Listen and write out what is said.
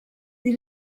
they